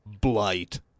Blight